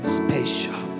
special